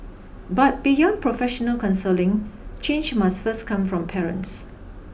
but beyond professional counselling change must first come from parents